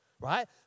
right